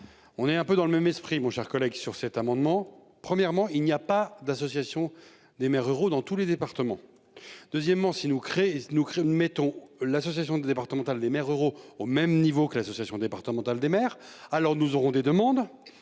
On est un peu dans le même esprit, mon cher collègue sur cet amendement, premièrement, il n'y a pas d'association des maires ruraux, dans tous les départements. Deuxièmement si nous créer nous mettons l'association départementale des maires ruraux au même niveau que l'association départementale des maires. Alors nous aurons des demandes.